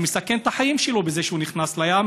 הוא מסכן את החיים שלו בזה שהוא נכנס לים